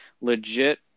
legit